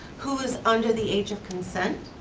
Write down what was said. who is under the age of consent,